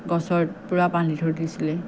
গছত পূৰা বান্ধি থৈ দিছিলে